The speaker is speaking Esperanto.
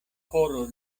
koro